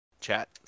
chat